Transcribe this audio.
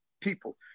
people